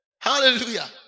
Hallelujah